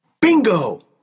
Bingo